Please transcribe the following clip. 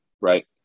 right